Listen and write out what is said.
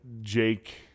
Jake